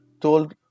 told